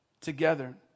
together